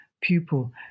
pupil